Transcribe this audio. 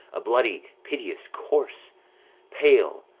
a bloody piteous corse pale,